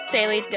Daily